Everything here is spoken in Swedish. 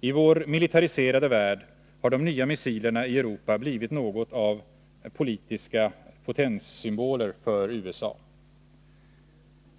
I vår militariserade värld har de nya missilerna i Europa blivit något av politiska potenssymboler för USA.